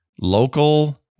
local